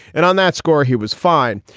and on that score he was fine.